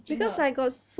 teaching her